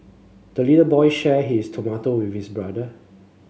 the little boy shared his tomato with his brother